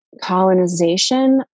colonization